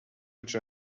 which